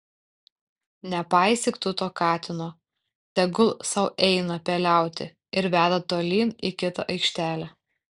nepaisyk tu to katino tegul sau eina peliauti ir veda tolyn į kitą aikštelę